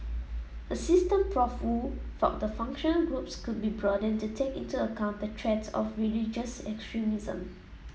assistant Prof Woo felt the functional groups could be broadened to take into account the threat of religious extremism